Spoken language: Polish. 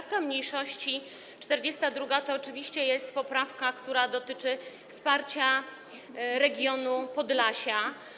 Wniosek mniejszości 42. to oczywiście jest poprawka, która dotyczy wsparcia regionu Podlasia.